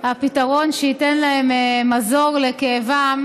הפתרון שייתן להן מזור לכאבן,